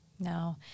No